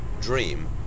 dream